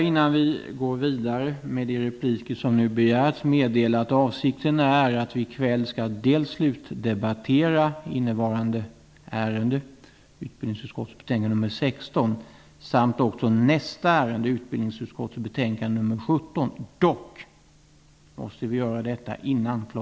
Innan vi går vidare med de repliker som begärts vill jag meddela att avsikten är att vi i kväll skall kunna slutdebattera dels innevarande ärende, UbU16, dels nästa ärende, UbU17. Dock måste vi göra det innan kl.